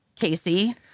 Casey